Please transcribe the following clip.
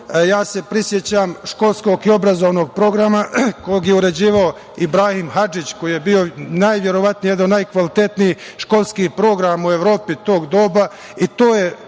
Prisećam se školskog i obrazovnog programa, kog je uređivao Ibrahim Hadžić, koji je bio najverovatnije jedan od najkvalitetnijih školskih programa u Evropi tog doba. To bi